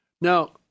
Now